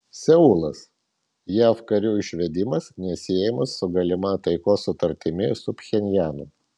seulas jav karių išvedimas nesiejamas su galima taikos sutartimi su pchenjanu